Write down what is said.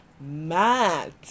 mad